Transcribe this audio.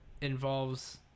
involves